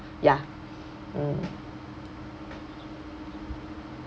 ya mm